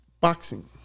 boxing